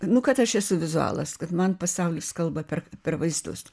nu kad aš esu vizualas kad man pasaulis kalba per per vaizdus